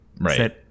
Right